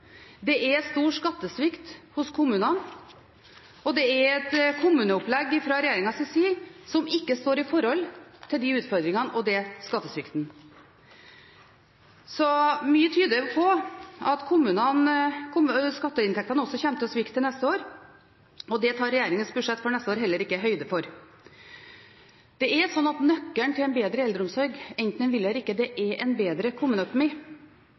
det er stor skattesvikt hos kommunene, og det er et kommuneopplegg fra regjeringens side som ikke står i forhold til de utfordringene og den skattesvikten. Mye tyder på at skatteinntektene også kommer til å svikte til neste år, og det tar regjeringens budsjett for neste år heller ikke høyde for. Nøkkelen til en bedre eldreomsorg – enten en vil eller ikke – er en bedre kommuneøkonomi.